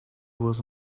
was